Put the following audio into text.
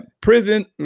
prison